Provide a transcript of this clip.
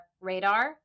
radar